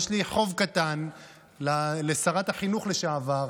יש לי חוב קטן לשרת החינוך לשעבר,